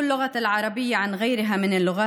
(אומרת דברים בשפה הערבית, להלן תרגומם: